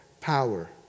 power